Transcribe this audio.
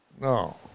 No